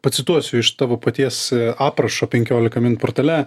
pacituosiu iš tavo paties aprašo penkiolika min portale